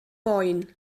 boen